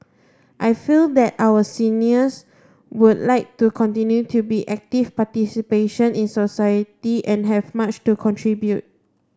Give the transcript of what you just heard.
I feel that our seniors would like to continue to be active participation in society and have much to contribute